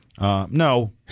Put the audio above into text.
No